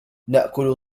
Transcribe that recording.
نأكل